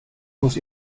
muss